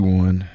one